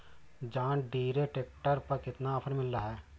John Deere tractor पर कितना offer मिल सकता है?